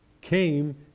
came